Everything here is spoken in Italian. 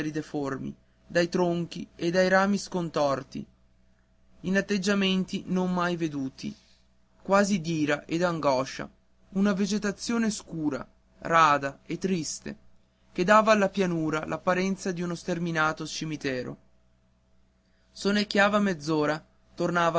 deformi dai tronchi e dai rami scontorti in atteggiamenti non mai veduti quasi d'ira e d'angoscia una vegetazione scura rada e triste che dava alla pianura l'apparenza d'uno sterminato cimitero sonnecchiava mezz'ora